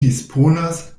disponas